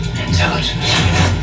intelligence